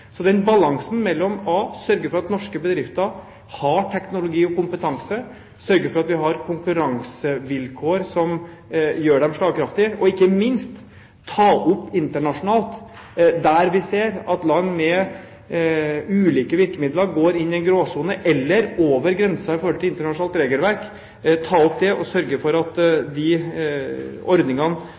Balansen mellom det å sørge for at norske bedrifter har teknologi og kompetanse og konkurransevilkår som gjør dem slagkraftige, og det å ta det opp internasjonalt når vi ser at land med ulike virkemidler går inn i en gråsone eller over grensen i forhold til internasjonalt regelverk, og sørge for at disse ordningene